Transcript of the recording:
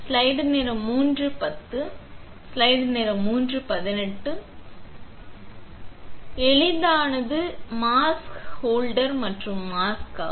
செருகுவது எளிதானது mask holder மற்றும் mask ஆகும்